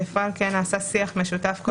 בפועל כן נעשה שיח משותף כל הזמן.